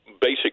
basic